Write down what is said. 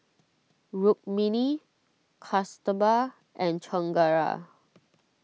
Rukmini Kasturba and Chengara